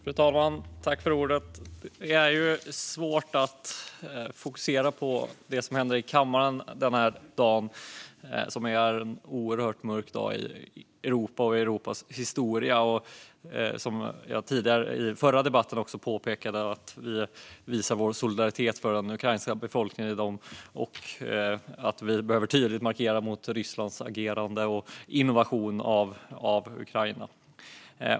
Fru talman! Det är svårt att fokusera på det som händer i kammaren den här dagen, som är en oerhört mörk dag i Europas historia. Som jag påpekade i den förra debatten vill jag visa vår solidaritet med den ukrainska befolkningen. Vi behöver tydligt markera mot Rysslands agerande mot och invasion av Ukraina.